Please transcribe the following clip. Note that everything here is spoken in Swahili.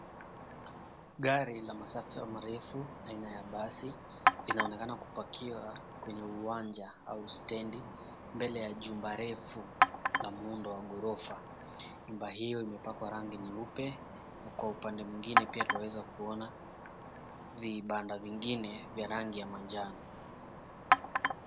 Gari la masafa marefu aina ya basi linaonekana kupakiwa kwenye uwanja au stendi mbele ya jumba refu la muundo wa gorofa, nyumba hiyo imepakwa rangi nyeupe huko upande mwengine pia twaweza kuona kibanda vengine vya rangi ya manjano.